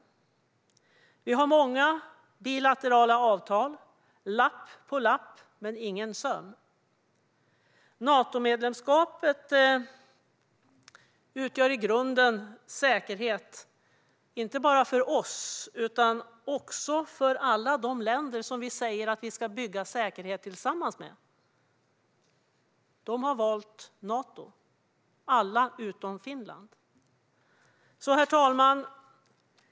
Sverige har många bilaterala avtal - lapp på lapp men ingen söm. Natomedlemskapet utgör i grunden säkerhet inte bara för Sverige utan också för alla de länder som vi säger att vi ska bygga säkerhet tillsammans med. De har valt Nato, alla utom Finland. Herr talman!